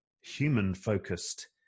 human-focused